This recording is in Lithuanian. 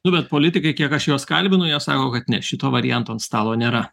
nu bet politikai kiek aš juos kalbinu jie sako kad ne šito varianto ant stalo nėra